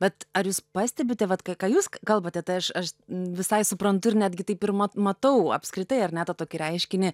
bet ar jūs pastebite vat kai ką jūs kalbate tai aš aš visai suprantu ir netgi taip ir matau apskritai ar ne tą tokį reiškinį